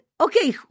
okay